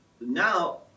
now